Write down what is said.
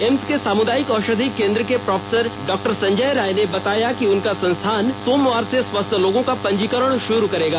AIIMS के सामुदायिक औषधि केन्द्र के प्रोफेसर डॉक्टर संजय रॉय ने बताया कि उनका संस्थान सोमवार र्स स्वस्थ लोगों का पंजीकरण शुरू करेगा